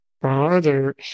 bother